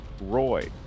Roy